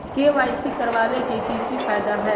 KYC करवाबे के कि फायदा है?